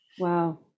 Wow